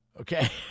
Okay